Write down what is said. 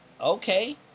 Okay